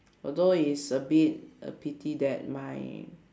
although it's a bit a pity that my